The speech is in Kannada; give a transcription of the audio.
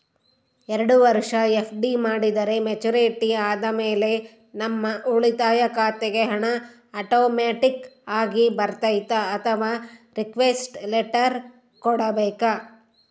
ಎರಡು ವರುಷ ಎಫ್.ಡಿ ಮಾಡಿದರೆ ಮೆಚ್ಯೂರಿಟಿ ಆದಮೇಲೆ ನಮ್ಮ ಉಳಿತಾಯ ಖಾತೆಗೆ ಹಣ ಆಟೋಮ್ಯಾಟಿಕ್ ಆಗಿ ಬರ್ತೈತಾ ಅಥವಾ ರಿಕ್ವೆಸ್ಟ್ ಲೆಟರ್ ಕೊಡಬೇಕಾ?